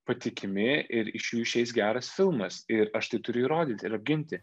patikimi ir iš jų išeis geras filmas ir aš tai turiu įrodyt ir apginti